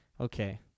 Okay